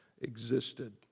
existed